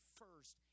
first